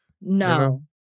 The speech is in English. No